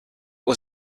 was